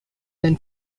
then